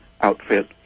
outfit